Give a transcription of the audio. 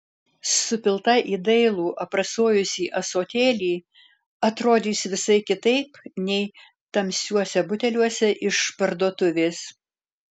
supilta į dailų aprasojusį ąsotėlį atrodys visai kitaip nei tamsiuose buteliuose iš parduotuvės